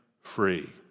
free